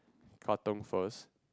Katong first